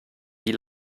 wie